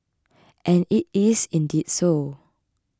and it is indeed so